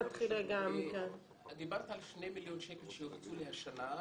את דיברת על 2 מיליון שקל שהוקצו לשנה,